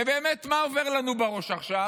ובאמת, מה עובר לנו בראש עכשיו?